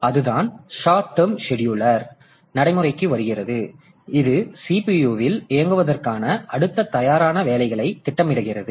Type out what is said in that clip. எனவே அதுதான் short term scheduler நடைமுறைக்கு வருகிறது மேலும் இது CPU இல் இயங்குவதற்கான அடுத்த தயாராக வேலையை திட்டமிடுகிறது